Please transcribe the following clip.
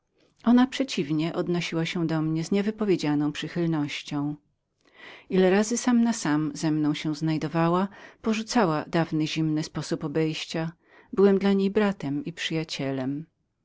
ona przeciwnie postępowała ze mną z niewypowiedzianą przychylnością ile razy sam na sam ze mną się znajdowała porzucała dawny zimny sposób obejścia byłem dla niej bratem przyjacielem